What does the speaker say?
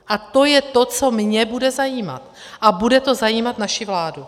A to je to, co mě bude zajímat a bude to zajímat naši vládu.